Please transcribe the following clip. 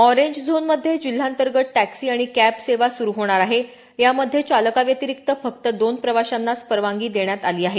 आरेज झोनमध्ये जिल्हांतर्गत टॅक्सी आणि कॅब सेवा सुरु होणार आहे यामध्ये चालकाव्यतिरिक्त फक्त दोन प्रवाशांनाच परवानगी देण्यात आली आहे